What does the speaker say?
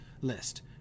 list